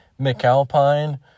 McAlpine